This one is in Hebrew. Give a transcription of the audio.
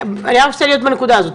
אני רק רוצה לגעת בנקודה הזאת,